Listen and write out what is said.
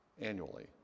annually